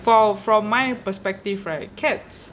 for from my perspective right cats